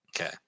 okay